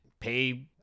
pay